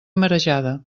marejada